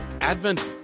Advent